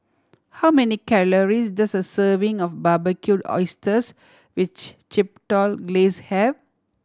how many calories does a serving of Barbecued Oysters with Chipotle Glaze have